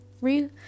re